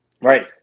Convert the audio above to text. Right